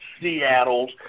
Seattle's